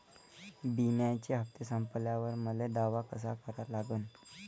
बिम्याचे हप्ते संपल्यावर मले दावा कसा करा लागन?